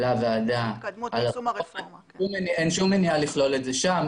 לוועדה, אין שום מניעה לכלול את זה שם.